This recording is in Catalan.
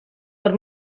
per